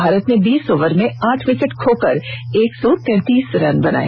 भारत ने बीस ओवर में आठ विकेट खोकर एक सौ तैंतीस रन बनाए